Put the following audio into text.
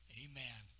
amen